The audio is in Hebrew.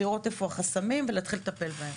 לראות איפה החסמים ולהתחיל לטפל בהם.